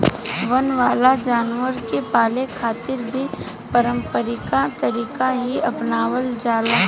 वन वाला जानवर के पाले खातिर भी पारम्परिक तरीका ही आपनावल जाला